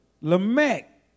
Lamech